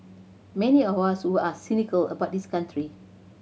many of us who are cynical about this country